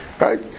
Right